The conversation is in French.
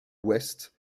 west